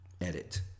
Edit